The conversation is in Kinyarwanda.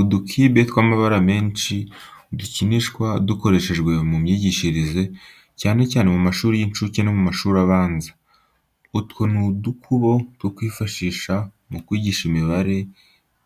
Uducube tw’amabara menshi dukinishwa dukoreshejwe mu myigishirize, cyane cyane mu mashuri y’inshuke no mu mashuri abanza. Utwo ni udukubo two kwifashisha mu kwigisha imibare,